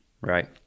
Right